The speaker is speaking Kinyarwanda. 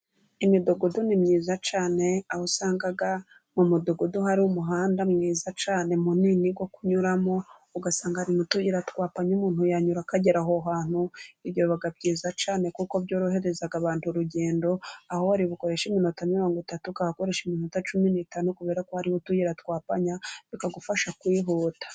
Imidugudu ni myiza cyane, aho usanga mu mudugudu hari umuhanda mwiza cyane munini wo kunyuramo, ugasanga harimo utuyira twa panya umuntu yanyura akagera aho hantu. Ibyo biba byiza cyane kuko byorohereza abantu urugendo aho wari bukoreshe iminota mirongo itatu, ukahakoresha iminota cumi n'itanu, kuberako hari utuyira twa panya bikagufasha kwihuta.